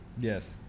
Yes